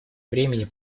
времени